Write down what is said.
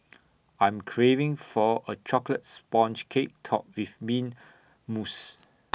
I am craving for A Chocolate Sponge Cake Topped with Mint Mousse